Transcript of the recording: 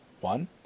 one